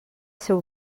seu